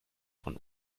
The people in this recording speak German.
von